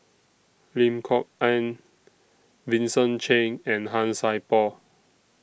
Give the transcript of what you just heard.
Lim Kok Ann Vincent Cheng and Han Sai Por